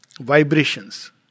Vibrations